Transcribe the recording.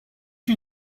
you